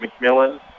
McMillan